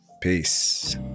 peace